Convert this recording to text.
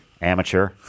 amateur